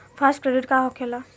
Fast credit का होखेला?